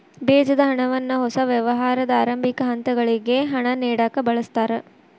ಬೇಜದ ಹಣವನ್ನ ಹೊಸ ವ್ಯವಹಾರದ ಆರಂಭಿಕ ಹಂತಗಳಿಗೆ ಹಣ ನೇಡಕ ಬಳಸ್ತಾರ